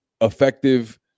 effective